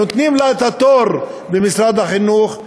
נותנים לה את התור במשרד החינוך,